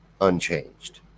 unchanged